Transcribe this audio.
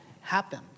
happen